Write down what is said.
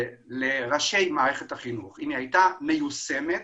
לראשי מערכת החינוך, אם היא הייתה מיושמת